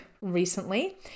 recently